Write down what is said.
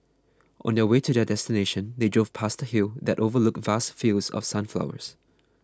on the way to their destination they drove past a hill that overlooked vast fields of sunflowers